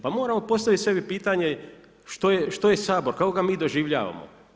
Pa moramo postaviti sebi pitanje što je Sabor, kako ga mi doživljavamo.